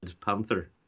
Panther